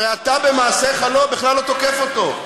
הרי אתה במעשיך, לא, בכלל לא תוקף אותו.